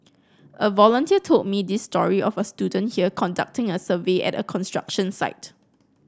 a volunteer told me this story of a student here conducting a survey at a construction site